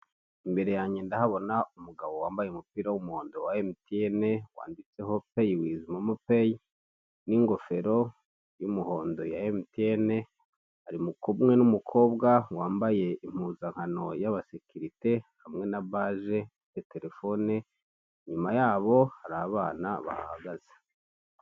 Imbere yanjye ndahabona umugabo wambaye umupira w'umuhondo wa MTN wanditseho pay with momo pay n'ingofero y'umuhondo ya MTN, ari kumwe n'umukobwa wambaye impuzankano y'abasekirite hamwe na baje ya telefone, inyuma yabo hari abana bahahagaze.